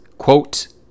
Quote